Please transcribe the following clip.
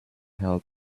help